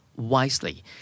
wisely